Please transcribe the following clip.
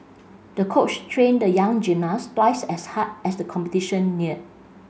the coach trained the young gymnast twice as hard as the competition neared